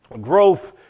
growth